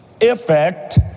Effect